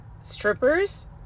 strippers